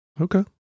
Okay